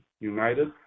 united